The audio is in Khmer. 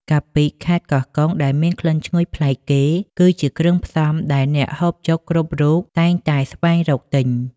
កាពិខេត្តកោះកុងដែលមានក្លិនឈ្ងុយប្លែកគេ គឺជាគ្រឿងផ្សំដែលអ្នកហូបចុកគ្រប់រូបតែងតែស្វែងរកទិញ។